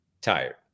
tired